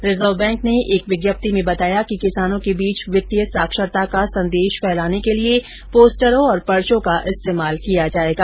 reserve bank ने एक विज्ञप्ति में बताया कि किसानों के बीच वित्तीय साक्षरता का संदेश फैलाने के लिए पोस्टरों और पर्चों का इस्तेमाल किया जाएगा